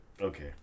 Okay